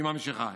היא ממשיכה,